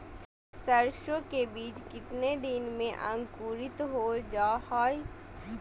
सरसो के बीज कितने दिन में अंकुरीत हो जा हाय?